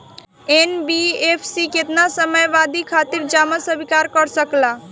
NBFC केतना समयावधि खातिर जमा स्वीकार कर सकला?